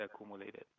accumulated